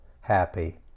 happy